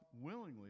willingly